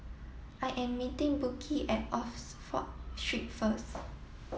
I am meeting Brooke at Oxford Street first